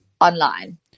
online